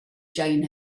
join